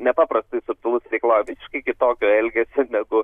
nepaprastai subtilus jis reikalauja visiškai kitokio elgesio negu